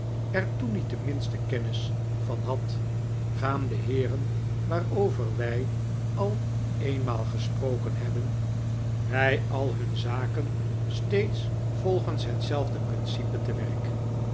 toen niet de minste kennis van had gaan de heeren waarover wij al eenmaal gesproken hebben bij al hun zaken steeds volgens hetzelfde principe te werk